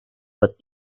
but